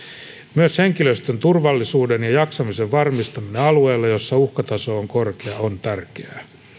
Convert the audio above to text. myös henkilöstön turvallisuuden ja jaksamisen varmistaminen alueilla joilla uhkataso on korkea on tärkeää